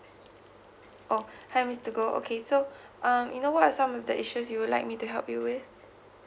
oh hi mister goh okay so um you know what are some of the issues you like me to help you with